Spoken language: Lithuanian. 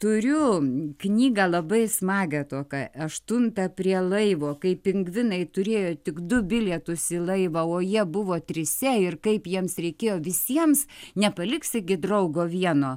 turiu knygą labai smagią tokią aštuntą prie laivo kaip pingvinai turėjo tik du bilietus į laivą o jie buvo trise ir kaip jiems reikėjo visiems nepaliksi gi draugo vieno